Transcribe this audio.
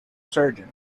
surgeon